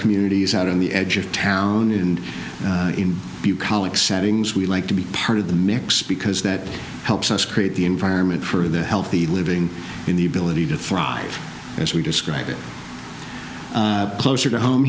communities out on the edge of town and in bucolic settings we like to be part of the mix because that helps us create the environment for the healthy living in the ability to thrive as we describe it closer to home